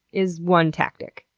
is one tactic.